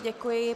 Děkuji.